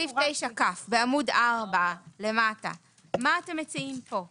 מה אתם מציעים כאן.